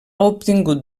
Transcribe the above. obtingut